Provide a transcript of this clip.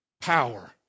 power